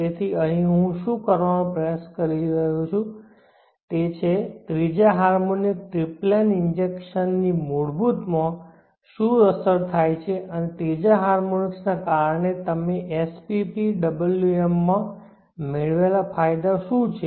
તેથી અહીં હું શું કરવાનો પ્રયાસ કરી રહ્યો છું તે છે ત્રીજા હાર્મોનિક ટ્રિપ્લેન ઇન્જેક્શન ની મૂળભૂતમાં શું અસર થાય છે અને ત્રીજા હાર્મોનિકને કારણે તમે SPPWM માં મેળવેલા ફાયદાઓ શું છે